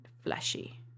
Fleshy